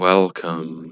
Welcome